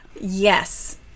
yes